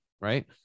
right